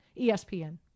ESPN